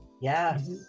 Yes